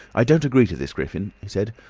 i don't agree to this, griffin, he said.